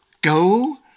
go